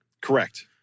Correct